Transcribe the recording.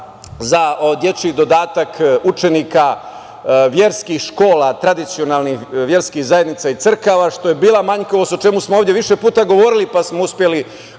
za dečji dodatak učenika verskih škola, tradicionalnih verskih zajednica i crkava, što je bila manjkavost, o čemu smo ovde više puta govorili, pa smo uspeli,